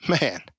Man